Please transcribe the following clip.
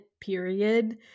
period